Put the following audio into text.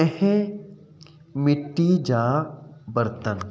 ऐं मिट्टी जा बर्तन